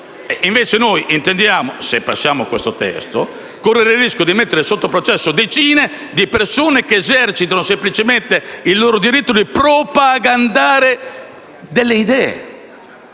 Noi, invece, se approviamo questo testo, intendiamo correre il rischio di mettere sotto processo decine di persone che esercitano semplicemente il loro diritto di propagandare delle idee.